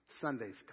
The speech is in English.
Sunday's